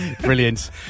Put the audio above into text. Brilliant